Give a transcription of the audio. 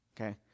Okay